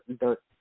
dirt